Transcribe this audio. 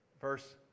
verse